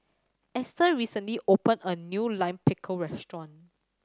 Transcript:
Esther recently opened a new Lime Pickle restaurant